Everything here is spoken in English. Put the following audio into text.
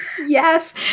Yes